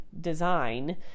design